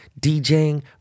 DJing